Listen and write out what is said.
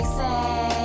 say